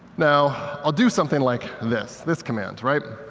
now, i'll do something like this, this command, right?